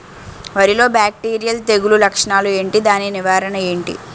వరి లో బ్యాక్టీరియల్ తెగులు లక్షణాలు ఏంటి? దాని నివారణ ఏంటి?